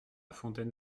fontaine